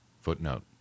Footnote